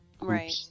Right